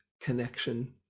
connection